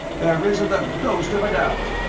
there isn't the ghost of a doubt.